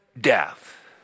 death